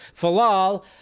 Falal